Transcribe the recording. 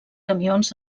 camions